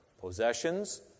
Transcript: possessions